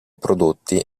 prodotti